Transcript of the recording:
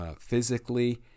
physically